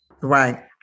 right